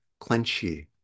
clenchy